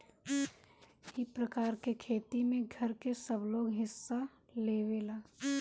ई प्रकार के खेती में घर के सबलोग हिस्सा लेवेला